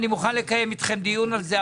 אני מוכן לקיים איתכם דיון על זה,